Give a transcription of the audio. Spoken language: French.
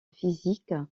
physique